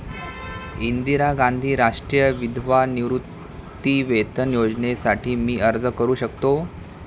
इंदिरा गांधी राष्ट्रीय विधवा निवृत्तीवेतन योजनेसाठी मी अर्ज करू शकतो?